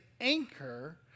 anchor